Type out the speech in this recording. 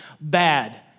bad